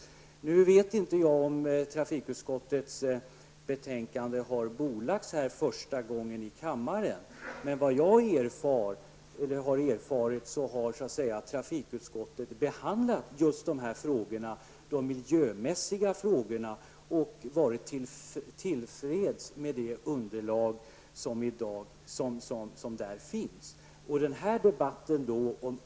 Jag vet inte om trafikutskottets betänkande har bordlagts en gång här i kammaren. Men enligt vad jag har erfarit har trafikutskottet behandlat just de miljömässiga frågorna och varit till freds med det underlag som finns i propositionen.